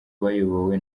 bayobowe